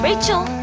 Rachel